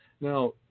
Now